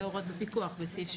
אלה הוראות הפיקוח בסעיף 17,